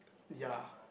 ya